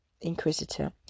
inquisitor